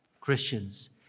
Christians